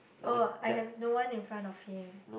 oh I have no one in front of him